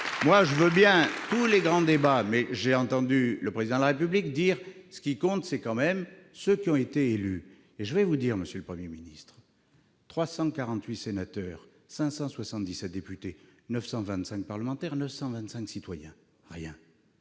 ! Je veux bien tous les grands débats, mais j'ai entendu le Président de la République dire que, ce qui compte, c'est tout de même ceux qui ont été élus. Monsieur le Premier ministre, 348 sénateurs, 577 députés, 925 parlementaires, 925 citoyens : rien.